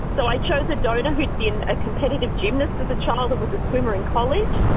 so i chose a donor who'd been a competitive gymnast as a child and was a swimmer in college,